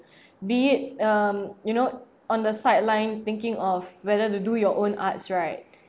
be it um you know on the sideline thinking of whether to do your own arts right